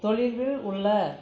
தொலைவில் உள்ள